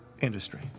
industry